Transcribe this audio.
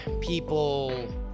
people